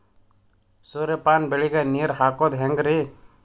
ಸೂರ್ಯಪಾನ ಬೆಳಿಗ ನೀರ್ ಹಾಕೋದ ಹೆಂಗರಿ?